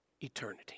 eternity